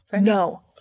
no